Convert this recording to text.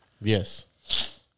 Yes